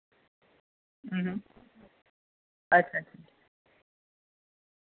अच्छा अच्छा